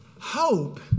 Hope